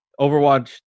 overwatch